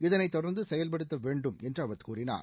இதனை தொடர்ந்து செயல்படுத்த வேண்டும் என்று அவர் கூறினார்